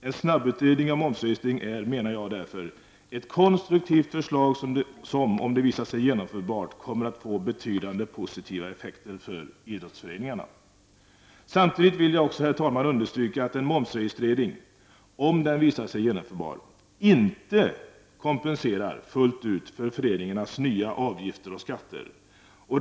En snabbutredning av momsregistrering är, menar jag därför, ett konstruktivt förslag som om det visar sig genomförbart kommer att få betydande positiva effekter för idrottsföreningarna. Samtidigt vill jag herr talman, understryka att en momsregistrering, om den visar sig genomförbar, inte kompenserar fullt ut för föreningarnas nya avgifter och skatter.